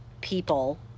people